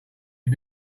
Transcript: you